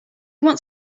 want